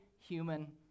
human